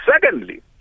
Secondly